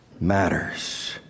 matters